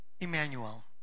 Emmanuel